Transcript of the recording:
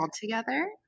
together